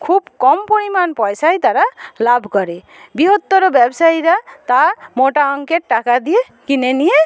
খুব কম পরিমাণ পয়সাই তারা লাভ করে বৃহত্তর ব্যবসায়ীরা তা মোটা অংকের টাকা দিয়ে কিনে নিয়ে